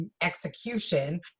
execution